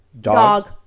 dog